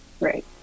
right